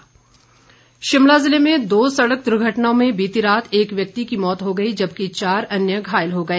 दुर्घटना शिमला ज़िले में दो सड़क दुर्घटनाओं में बीती रात एक व्यक्ति की मौत हो गई जबकि चार अन्य घायल हो गए